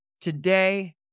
today